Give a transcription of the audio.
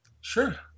Sure